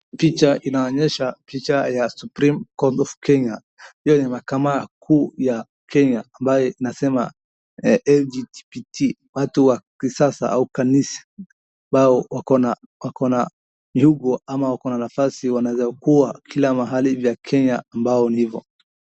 Picha inaonyesha picha ya supreme court of Kenya hiyo ni mahakama kuu ya Kenya ambayo inasema LGBTQ watu wa kisasa au kanisa ambao wako na jukwaa ama wako na nafasi wanaeza kuwa kila mahali ya Kenya ambao ulivyo.